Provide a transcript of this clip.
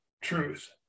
truth